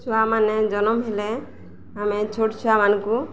ଛୁଆମାନେ ଜନମ ହେଲେ ଆମେ ଛୋଟ ଛୁଆମାନଙ୍କୁ